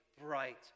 bright